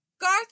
Garth